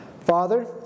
Father